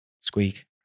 Squeak